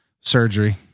Surgery